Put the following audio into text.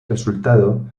resultado